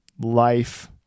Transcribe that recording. life